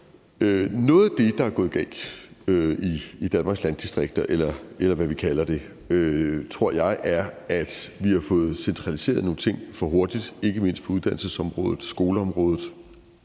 Noget af det, der er gået galt i Danmarks landdistrikter, eller hvad vi kalder det, tror jeg, er, at vi har fået centraliseret nogle ting for hurtigt, ikke mindst på uddannelsesområdet, skoleområdet.